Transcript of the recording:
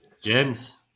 James